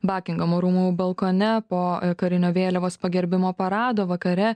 bakingamo rūmų balkone po karinio vėliavos pagerbimo parado vakare